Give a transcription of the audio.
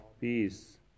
peace